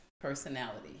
personality